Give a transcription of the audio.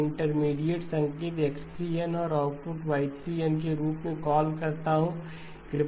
में इंटरमीडिएट संकेत X3 n और आउटपुट कोY3n के रूप में कॉल करता हूँ